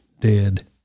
Dead